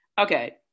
Okay